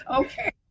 okay